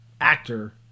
actor